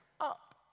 up